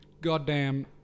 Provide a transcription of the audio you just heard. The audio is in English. goddamn